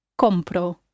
COMPRO